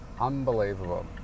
unbelievable